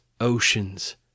oceans